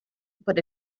but